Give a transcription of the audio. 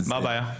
מה הבעיה?